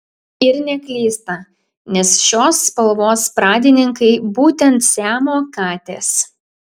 ir neklysta nes šios spalvos pradininkai būtent siamo katės